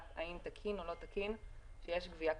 האם זה תקין או לא תקין שיש גבייה כפולה.